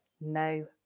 no